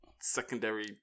secondary